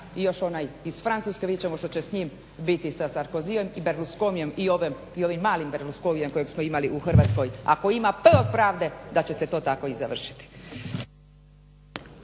i još onaj iz Francuske vidjet ćemo što će biti sa Sarkozyem i BErlusconijem i ovim malim Berlusconijem kojeg smo imali u Hrvatskoj ako ima P od pravde da će se to tako i završiti.